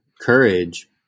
courage